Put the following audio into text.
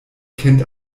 kennt